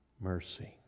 mercy